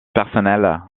personnel